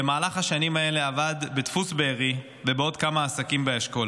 במהלך השנים האלה עבד בדפוס בארי ובעוד כמה עסקים באשכול.